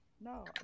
No